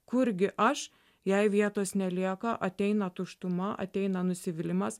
kurgi aš jai vietos nelieka ateina tuštuma ateina nusivylimas